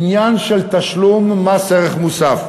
עניין של תשלום מס ערך מוסף.